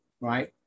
right